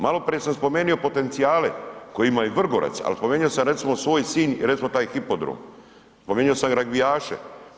Malo prije sam spomenu potencijale koji ima i Vrgorac, ali spomenuo sam recimo svoj Sinj i recimo taj hipodrom, spomenuo sam i ragbijaše.